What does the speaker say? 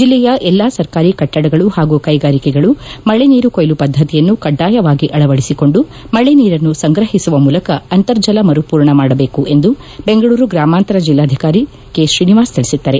ಜಿಲ್ಲೆಯ ಎಲ್ಲಾ ಸರ್ಕಾರಿ ಕಟ್ಟಡಗಳು ಪಾಗೂ ಕೈಗಾರಿಕೆಗಳು ಮಳೆ ನೀರು ಕೊಯ್ಲು ಪದ್ಧತಿಯನ್ನು ಕಡ್ಡಾಯವಾಗಿ ಅಳವಡಿಸಿಕೊಂಡು ಮಳೆ ನೀರನ್ನು ಸಂಗ್ರಹಿಸುವ ಮೂಲಕ ಅಂತರ್ಜಲ ಮರುಪೂರಣ ಮಾಡಬೇಕು ಎಂದು ಬೆಂಗಳೂರು ಗ್ರಾಮಾಂತರ ಜಿಲ್ಲಾಧಿಕಾರಿ ಕೆಪ್ರೀನಿವಾಸ್ ತಿಳಿಸಿದ್ದಾರೆ